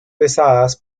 pesadas